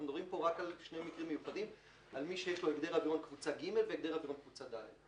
על מי שיש לו הגדר רישיון קבוצה ג' והגדר אווירון קבוצה ד'.